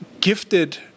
gifted